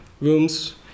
rooms